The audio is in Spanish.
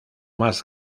más